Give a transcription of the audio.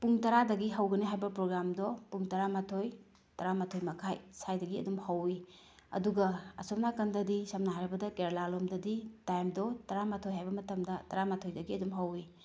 ꯄꯨꯡ ꯇꯔꯥꯗꯒꯤ ꯍꯧꯒꯅꯤ ꯍꯥꯏꯕ ꯄ꯭ꯔꯣꯒꯥꯝꯗꯣ ꯄꯨꯡ ꯇꯔꯥ ꯃꯥꯊꯣꯏ ꯇꯔꯥ ꯃꯥꯊꯣꯏ ꯃꯈꯥꯏ ꯁꯥꯏꯗꯒꯤ ꯑꯗꯨꯝ ꯍꯧꯏ ꯑꯗꯨꯒ ꯑꯁꯣꯝ ꯅꯥꯀꯟꯗꯗꯤ ꯁꯝꯅ ꯍꯥꯏꯔꯕꯗ ꯀꯦꯔꯂꯥ ꯂꯣꯝꯗꯗꯤ ꯇꯥꯏꯝꯗꯣ ꯇꯔꯥꯃꯥꯊꯣꯏ ꯍꯥꯏꯕ ꯃꯇꯝꯗ ꯇꯔꯥ ꯃꯊꯣꯏꯗꯒꯤ ꯑꯗꯨꯝ ꯍꯧꯏ